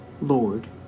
Lord